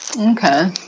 Okay